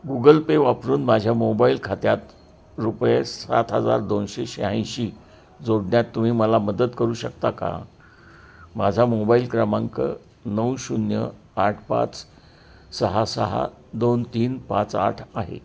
Google Pay वापरून माझ्या mobile खात्यात रुपये सात हजार दोनशे शहाऐंशी जोडण्यात तुम्ही मला मदत करू शकता का माझा मोबाइल क्रमांक नऊ शून्य आठ पाच सहा सहा दोन तीन पाच आठ आहे